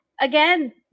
again